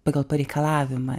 pagal pareikalavimą